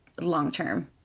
long-term